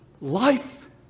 life